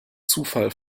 zufall